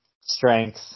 strength